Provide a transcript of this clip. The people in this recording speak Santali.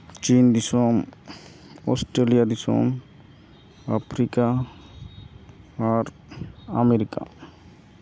ᱪᱤᱱ ᱫᱤᱥᱚᱢ ᱚᱥᱴᱨᱮᱞᱤᱭᱟ ᱫᱤᱥᱚᱢ ᱟᱯᱷᱨᱤᱠᱟ ᱟᱨ ᱟᱢᱮᱨᱤᱠᱟ